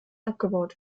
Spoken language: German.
abgebaut